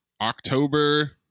October